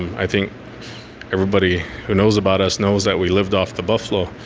i think everybody who knows about us knows that we lived off the buffalo.